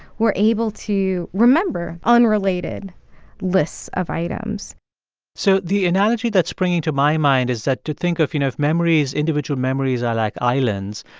we're able to remember unrelated lists of items so the analogy that's springing to my mind is that to think of, you know, memories individual memories are like islands.